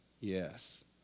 Yes